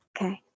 Okay